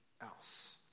else